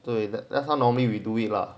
对 lor that's how normally we do it lah